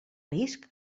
risc